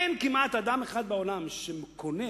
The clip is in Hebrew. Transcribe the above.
אין כמעט אדם אחד בעולם שקונה